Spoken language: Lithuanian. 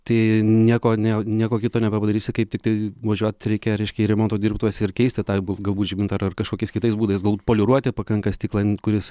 tai nieko ne nieko kito nebepadarysi kaip tiktai važiuot reikia reiškia į remonto dirbtuves ir keisti tą jeigu galbūt žibintą ar kažkokiais kitais būdais gal poliruoti pakanka stiklą kuris